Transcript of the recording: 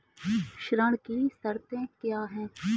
ऋण की शर्तें क्या हैं?